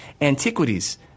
antiquities